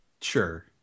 Sure